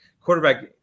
quarterback